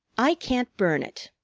i can't burn it,